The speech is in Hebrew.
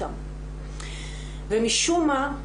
ומשום מה,